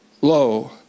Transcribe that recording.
Lo